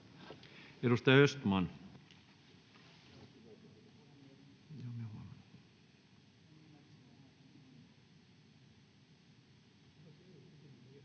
Edustaja Östman.